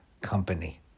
Company